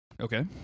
okay